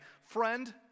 friend